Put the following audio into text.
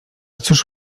cóż